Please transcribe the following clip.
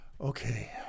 okay